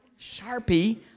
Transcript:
sharpie